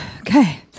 Okay